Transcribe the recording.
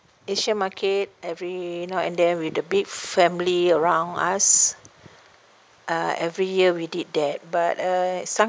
asian market every now and then with the big family around us uh every year we did that but uh some